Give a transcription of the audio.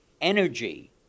energy